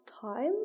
time